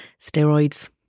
Steroids